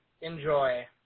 Enjoy